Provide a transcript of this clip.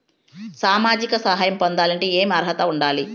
సామాజిక సహాయం పొందాలంటే ఏమి అర్హత ఉండాలి?